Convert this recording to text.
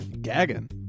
gagging